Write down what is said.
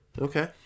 Okay